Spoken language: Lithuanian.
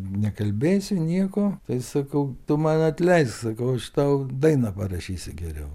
nekalbėsiu nieko tai sakau tu man atleisk sakau aš tau dainą parašysiu geriau